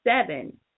seven